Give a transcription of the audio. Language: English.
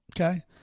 Okay